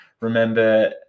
remember